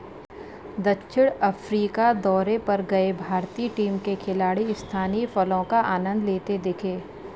दक्षिण अफ्रीका दौरे पर गए भारतीय टीम के खिलाड़ी स्थानीय फलों का आनंद लेते दिखे